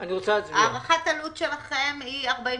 הערכת עלות שלכם היא 41